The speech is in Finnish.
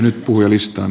nyt puhujalistaan